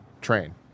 train